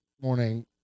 morning